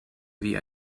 wie